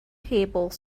table